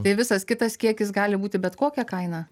tai visas kitas kiekis gali būti bet kokia kaina